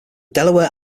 delaware